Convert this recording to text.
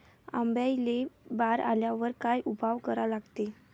आंब्याले बार आल्यावर काय उपाव करा लागते?